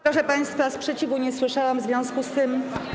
Proszę państwa, sprzeciwu nie słyszałam, w związku z tym.